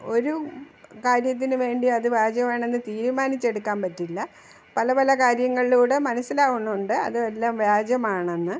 ഒരു കാര്യത്തിനുവേണ്ടി അത് വ്യാജമാണെന്ന് തീരുമാനിച്ചെടുക്കാന് പറ്റില്ല പല പല കാര്യങ്ങളിലൂടെ മനസ്സിലാവുന്നുണ്ട് അത് എല്ലാം വ്യാജമാണെന്ന്